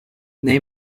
nei